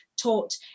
taught